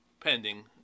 pending